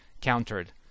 countered